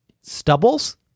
stubbles